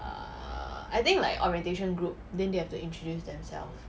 err I think like orientation group then they have to introduce themselves